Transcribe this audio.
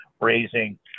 raising